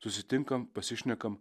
susitinkam pasišnekam